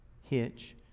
hitch